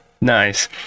Nice